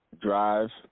drive